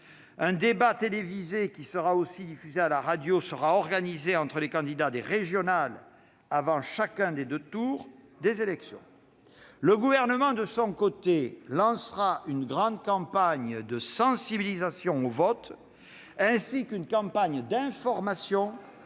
Un débat télévisé, également diffusé à la radio, sera organisé entre les candidats aux élections régionales, avant chacun des deux tours de scrutin. Le Gouvernement, de son côté, lancera une grande campagne de sensibilisation au vote, ainsi qu'une campagne d'information